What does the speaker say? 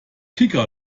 kika